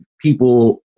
people